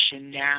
now